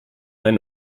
ein